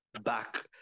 back